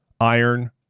iron